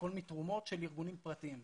הכול מתרומות של ארגונים פרטיים.